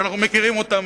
שאנחנו מכירים אותן,